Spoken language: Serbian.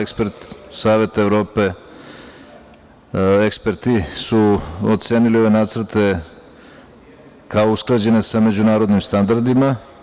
Eksperti Saveta Evrope su ocenili ove nacrte kao usklađene sa međunarodnim standardima.